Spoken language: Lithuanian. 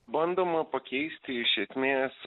bandoma pakeisti iš esmės